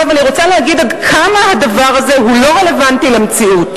אני רוצה להסביר עד כמה הסעיף הזה הוא לא רלוונטי למציאות.